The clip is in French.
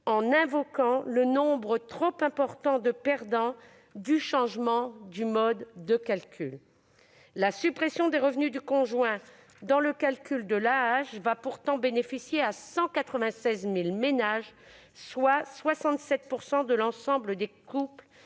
en invoquant le nombre trop important de perdants avec le changement de mode de calcul. La suppression des revenus du conjoint dans le calcul de l'AAH va pourtant bénéficier à 196 000 ménages, soit 67 % de l'ensemble des couples